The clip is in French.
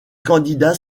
candidats